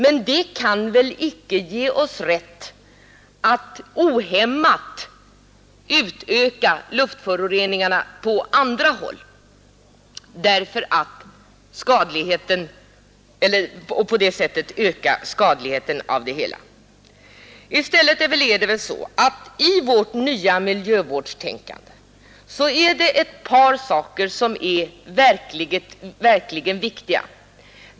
Men det kan väl inte ge oss rätt att ohämmat öka luftföroreningarna på andra håll och på det sättet öka skadligheten? I stället är det väl, i vårt nya miljövårdstänkande, ett par saker som verkligen är viktiga.